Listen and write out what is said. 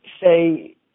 say